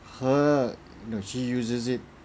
her know she uses it